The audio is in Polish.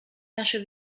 nasze